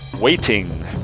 Waiting